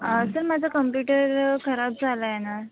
sir माझं computer खराब झालं आहे ना